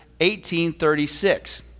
1836